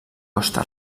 costa